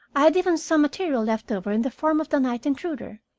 i had even some material left over in the form of the night intruder,